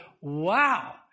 wow